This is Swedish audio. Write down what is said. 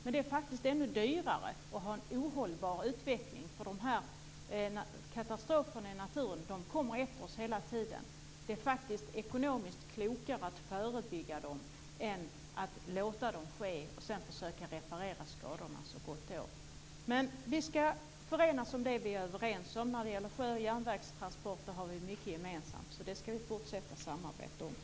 Men det är faktiskt ännu dyrare att ha en ohållbar utveckling, för de här katastroferna i naturen kommer efter oss hela tiden. Det är faktiskt ekonomiskt klokare att förebygga dem än att låta dem ske och sedan försöka reparera skadorna så gott det går. Men vi skall förenas om det vi är överens om. När det gäller sjö och järnvägstransporter har vi mycket gemensamt. De frågorna skall vi fortsätta att samarbeta om.